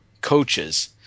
coaches